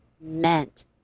meant